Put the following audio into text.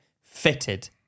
fitted